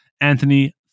Anthony